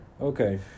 Okay